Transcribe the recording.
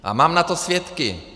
A mám na to svědky.